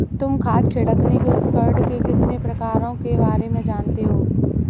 तुम खाद छिड़कने के उपकरण के कितने प्रकारों के बारे में जानते हो?